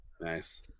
Nice